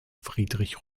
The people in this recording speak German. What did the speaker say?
friedrich